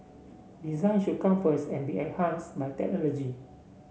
design should come first and be enhanced by technology